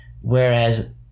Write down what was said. whereas